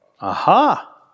Aha